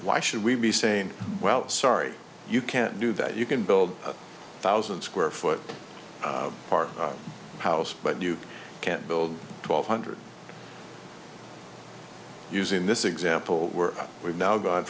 why should we be saying well sorry you can't do that you can build a thousand square foot park house but you can't build twelve hundred using this example we're we've now gone